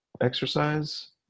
exercise